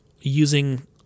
using